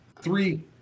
three